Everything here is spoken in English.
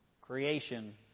creation